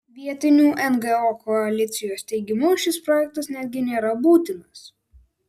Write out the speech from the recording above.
vietinių ngo koalicijos teigimu šis projektas netgi nėra būtinas